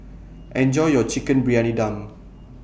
Enjoy your Chicken Briyani Dum